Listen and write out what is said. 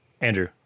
Andrew